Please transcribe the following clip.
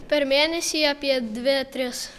per mėnesį apie dvi tris